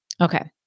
Okay